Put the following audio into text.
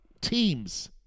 teams